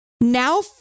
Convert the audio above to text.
now